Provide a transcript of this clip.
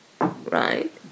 right